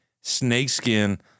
snakeskin